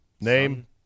Name